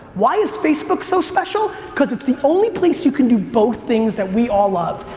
why is facebook so special? because it's the only place you can do both things that we all love.